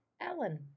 Ellen